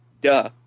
Duh